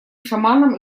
шаманам